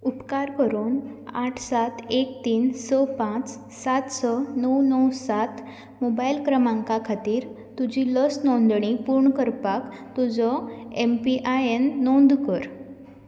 उपकार करून आठ सात एक तीन स पांच सात स णव णव सात मोबायल क्रमांका खातीर तुजी लस नोंदणी पूर्ण करपाक तुजो एम पी आय एन नोंद कर